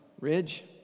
Ridge